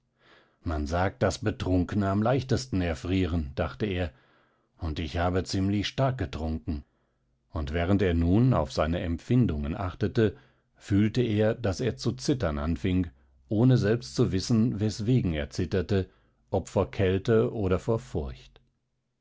man sagt daß betrunkene am leichtesten erfrieren dachte er und ich habe ziemlich stark getrunken und während er nun auf seine empfindungen achtete fühlte er daß er zu zittern anfing ohne selbst zu wissen weswegen er zitterte ob vor kälte oder vor furcht